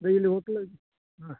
ರೀ ಇಲ್ಲ ಹೊಟ್ಲ್ ಹಾಂ